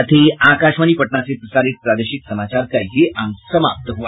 इसके साथ ही आकाशवाणी पटना से प्रसारित प्रादेशिक समाचार का ये अंक समाप्त हुआ